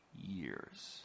years